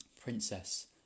Princess